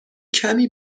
کمی